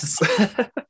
yes